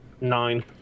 Nine